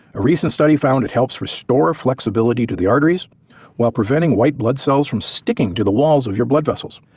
a recent study found it helps restore flexibility to the arteries while preventing white blood cells from sticking to the walls of your blood vessels.